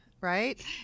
Right